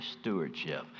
stewardship